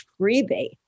freebie